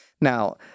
Now